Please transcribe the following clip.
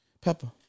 Pepper